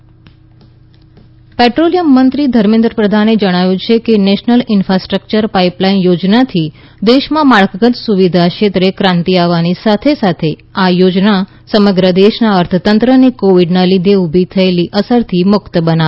Odisha Pradhan petroleum મંત્રી ધર્મેન્દ્ર પ્રધાને જણાવ્યું છે કે નેશનલ ઇન્ફાસ્ટ્રક્ચર પાઇપલાઇન યોજનાથી દેશમાં માળખાગત સુવિધા ક્ષેત્રે ક્રાંતિ આવવાની સાથે સાથે આ યોજના સમગ્ર દેશના અર્થતંત્રને કોવિડના લીધે ઊભી થયેલી અસરથી મુક્ત બનાવશે